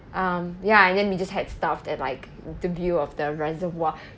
um ya and then we just had stuffed and like the view of the reservoir